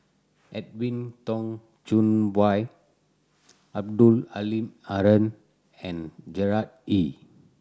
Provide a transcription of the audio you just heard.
Edwin Tong Chun Fai Abdul Halim Haron and Gerard Ee